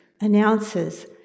announces